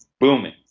booming